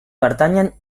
pertanyen